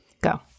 go